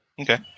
Okay